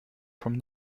from